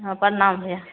हँ प्रणाम भैया